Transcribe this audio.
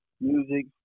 Music